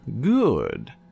Good